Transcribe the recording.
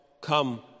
come